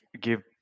give